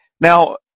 Now